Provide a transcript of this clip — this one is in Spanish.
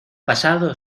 pasado